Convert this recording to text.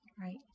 Right